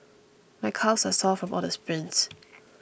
my calves are sore from all the sprints